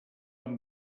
amb